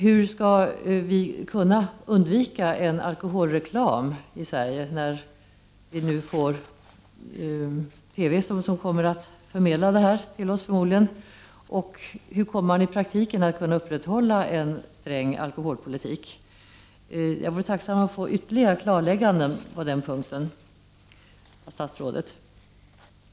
Hur skall vi kunna undvika alkoholreklam i Sverige, när vi nu får TV som förmodligen kommer att förmedla alkoholreklam till oss? Hur kommer man i framtiden att kunna upprätthålla en sträng alkoholpolitik? Jag vore tacksam för ytterligare klarlägganden av statsrådet på den punkten.